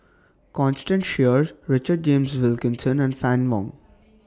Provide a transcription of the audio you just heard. Constance Sheares Richard James Wilkinson and Fann Wong